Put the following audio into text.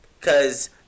Cause